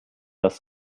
das